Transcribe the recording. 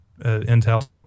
Intel